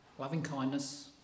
loving-kindness